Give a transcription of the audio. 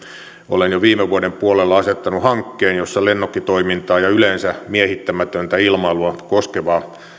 olen jo viime vuoden puolella asettanut hankkeen jossa lennokkitoimintaa ja yleensä miehittämätöntä ilmailua koskevaa